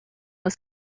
was